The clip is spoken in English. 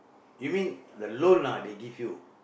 you mean the loan lah they give you